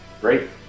Great